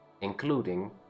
Including